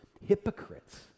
hypocrites